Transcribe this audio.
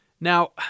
Now